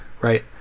Right